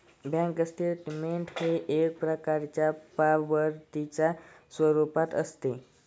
bank statement हे एक प्रकारच्या पावतीच्या स्वरूपात असते